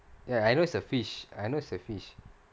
ya I know it's a fish I know is a fish